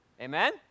Amen